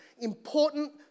important